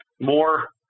more